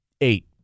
Eight